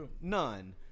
none